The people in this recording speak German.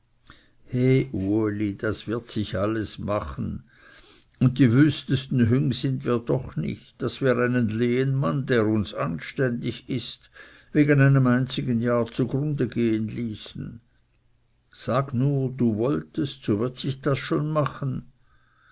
uli das wird sich alles machen und die wüstesten hüng sind wir doch nicht daß wir einen lehenmann der uns anständig ist wegen einem einzigen jahr zugrunde gehen ließen sag nur du wollest so wird sich das schon machen